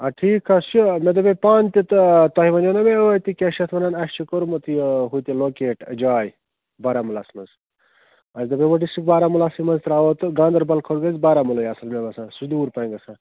آ ٹھیٖکھ حَظ چھُ مےٚ دَپے پانہٕ تہِ تہٕ تۄہہِ وَنیو نَہ مےٚ ٲدۍ تہِ کیٛاہ چھِ اَتھ وَنان اَسہِ چھُ کوٚرمُت یہِ ہُتہِ لوکیٹ جاے بارہمُلاہَس منٛز اَسہِ دَپیو وۄنۍ ڈِسٹرک بارہامُلہسٕے منٛز ترٛاوو تہٕ گاندَربَل کھۄتہٕ گژھِ بارہمُلہے اَصٕل مےٚ باسان سُہ دوٗر پہم گژھان